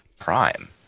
Prime